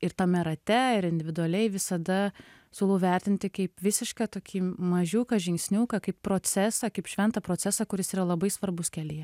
ir tame rate ir individualiai visada siūlau vertinti kaip visišką tokį mažiuką žingsniuką kaip procesą kaip šventą procesą kuris yra labai svarbus kelyje